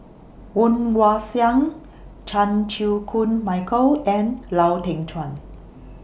Woon Wah Siang Chan Chew Koon Michael and Lau Teng Chuan